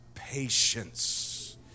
patience